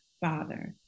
father